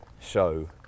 show